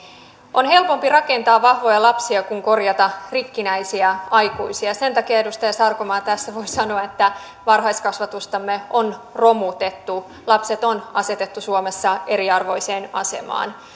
on helpompi rakentaa vahvoja lapsia kuin korjata rikkinäisiä aikuisia sen takia edustaja sarkomaa tässä voisi sanoa että varhaiskasvatustamme on romutettu lapset on asetettu suomessa eriarvoiseen asemaan